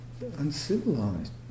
Uncivilized